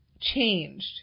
changed